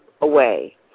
away